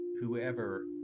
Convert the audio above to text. Whoever